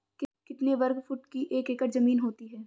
कितने वर्ग फुट की एक एकड़ ज़मीन होती है?